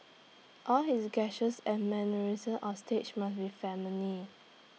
all his gestures and mannerisms on stage must be feminine